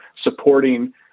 supporting